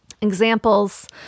Examples